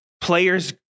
players